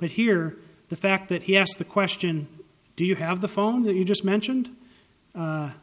but here the fact that he asked the question do you have the phone that you just mentioned